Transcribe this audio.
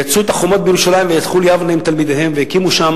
הם יצאו את החומות בירושלים והלכו ליבנה עם תלמידיהם והקימו שם